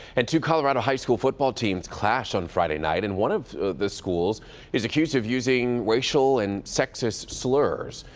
and two colorado high school football teams clashed on friday night. and one of the schools is accused of using racial and sexist slurs.